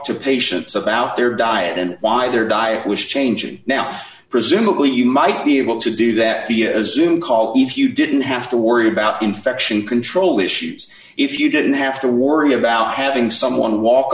to patients about their diet and why their diet was changing now presumably you might be able to do that via xoom call if you didn't have to worry about infection control issues if you didn't have to worry about having someone walk